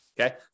okay